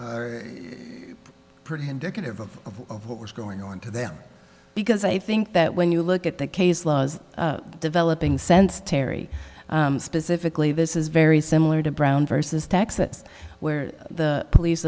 pretty indicative of what was going on to them because i think that when you look at the case laws developing sense terry specifically this is very similar to brown versus texas where the police